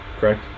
correct